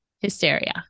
Hysteria